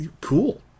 Cool